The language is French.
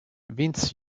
vince